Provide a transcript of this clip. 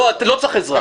אני לא צריך עזרה.